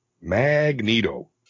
Magneto